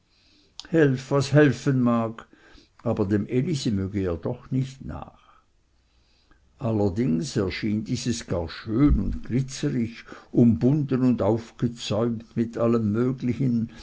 was helfen mag aber dem elisi möge er doch nicht nach allerdings erschien dieses gar schön und glitzerig umbunden und aufgezäumt mit allem möglichen